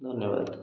ଧନ୍ୟବାଦ